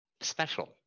special